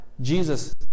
Jesus